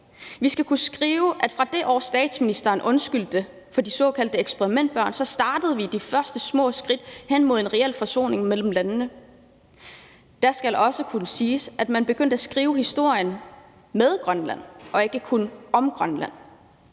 Vi skal kunne skrive, at fra det år, statsministeren undskyldte for de såkaldte eksperimentbørn, så startede vi med at tage de første små skridt hen mod en reel forsoning mellem landene. Det skal kunne siges, at man begyndte at skrive historien med Grønland og ikke kun om Grønland,